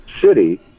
city